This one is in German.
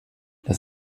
das